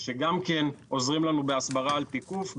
שגם כן עוזרים לנו בהסברה על תיקוף,